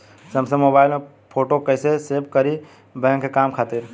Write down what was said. Samsung mobile में photo कैसे save करीं बैंक के काम खातिर?